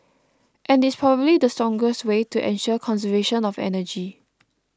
and it's probably the strongest way to ensure conservation of energy